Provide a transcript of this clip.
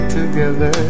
together